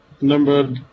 Number